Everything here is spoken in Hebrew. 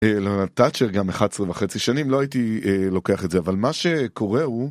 אלא תאצ'ר גם 11 וחצי שנים לא הייתי לוקח את זה אבל מה שקורה הוא